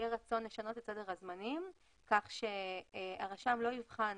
יהיה רצון לשנות את סדר הזמנים כך שהרשם לא יבחן